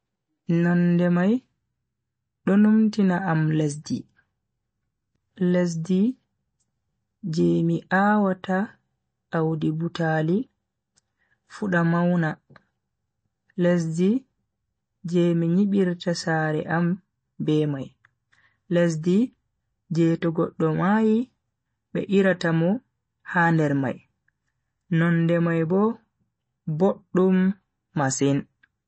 Nonde mai do numtina am lesdi. lesdi je mi a'wata Audi butaali fuda mauna. lesdi je mi nyibirta sare am be mai. lesdi je to goddo mayi be irata mo h nder mai. nonde mai Bo boddum masin.